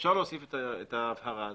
אפשר להוסיף את ההבהרה הזאת,